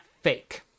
fake